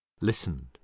listened